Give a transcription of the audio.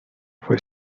fue